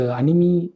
anime